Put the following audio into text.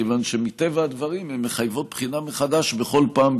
מכיוון שמטבע הדברים הן מחייבות בחינה מחדש בכל פעם,